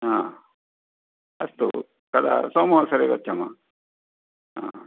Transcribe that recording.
आ अस्तु कदा सोमवासरे गच्छामः हा